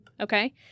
okay